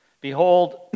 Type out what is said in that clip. Behold